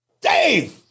Dave